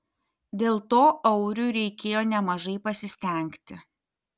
dėl to auriui reikėjo nemažai pasistengti